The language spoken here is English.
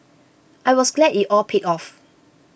I was glad it all paid off